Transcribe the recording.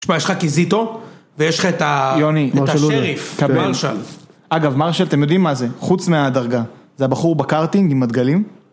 תשמע, יש לך קיזיטו, ויש לך את השריף, מרשל. אגב, מרשל, אתם יודעים מה זה? חוץ מהדרגה. זה הבחור בקארטינג עם מדגלים?